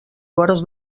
vores